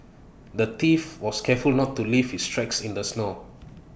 the thief was careful not to leave his tracks in the snow